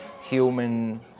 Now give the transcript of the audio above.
human